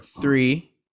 three